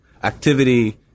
Activity